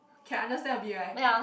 can understand a bit right